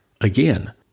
again